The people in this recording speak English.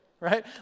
right